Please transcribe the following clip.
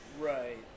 right